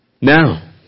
Now